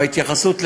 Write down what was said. בהתייחסות להר-הבית,